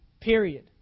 Period